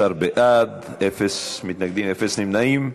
14 בעד, אין מתנגדים, אין מתנגדים.